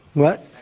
what?